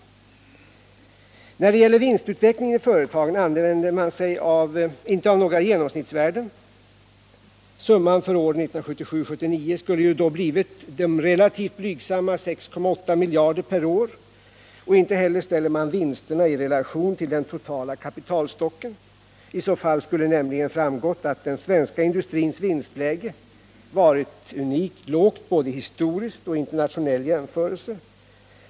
Då det är fråga om vinstutvecklingen i företagen använder man sig inte av några genomsnittsvärden. Summan för åren 1977-1979 skulle då ha blivit blygsamma 6,8 miljarder per år, och inte heller ställer man vinsterna i relation till den totala kapitalstocken. I så fall skulle det nämligen ha framgått att den svenska industrins vinstläge har varit unikt lågt både historiskt och vid en internationell jämförelse.